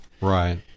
Right